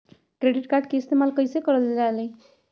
Credit card के इस्तेमाल कईसे करल जा लई?